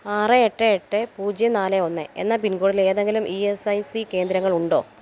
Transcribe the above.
ആറ് എട്ട് എട്ട് പൂജ്യം നാല് ഒന്ന് എന്ന പിൻകോഡിൽ ഏതെങ്കിലും ഇ എസ് ഐ സി കേന്ദ്രങ്ങളുണ്ടോ